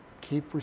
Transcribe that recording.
Keep